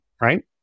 right